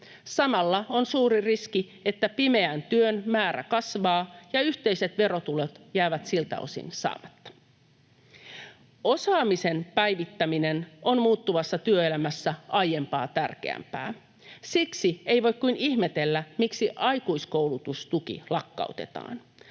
Samalla on suuri riski, että pimeän työn määrä kasvaa ja yhteiset verotulot jäävät siltä osin saamatta. Osaamisen päivittäminen on muuttuvassa työelämässä aiempaa tärkeämpää. Siksi ei voi kuin ihmetellä, miksi aikuiskoulutustuki lakkautetaan.